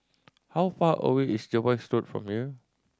how far away is Jervois Road from here